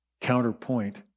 counterpoint